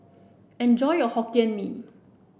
enjoy your Hokkien Mee